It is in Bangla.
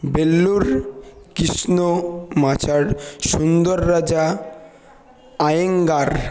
বেল্লুর কৃষ্ণমাচার সুন্দররাজা আয়েঙ্গার